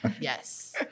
yes